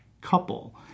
couple